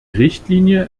richtlinie